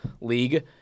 league